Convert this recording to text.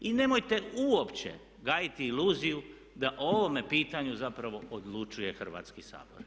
I nemojte uopće gajiti iluziju da o ovome pitanju zapravo odlučuje Hrvatski sabor.